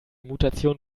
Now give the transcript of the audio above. mutation